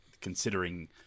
considering